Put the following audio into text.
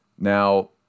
Now